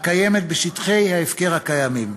הקיימת בשטחי ההפקר הקיימים.